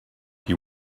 you